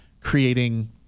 creating